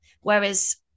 Whereas